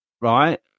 right